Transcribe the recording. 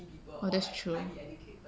oh that's true